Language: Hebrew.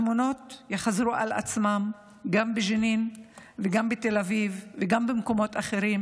התמונות יחזרו על עצמן גם בג'נין וגם בתל אביב וגם במקומות אחרים,